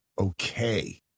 okay